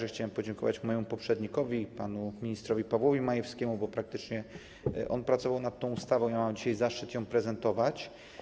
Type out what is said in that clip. Tu chciałem także podziękować mojemu poprzednikowi, panu ministrowi Pawłowi Majewskiemu, bo praktycznie on pracował nad tą ustawą, którą mam dzisiaj zaszczyt ją prezentować.